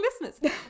listeners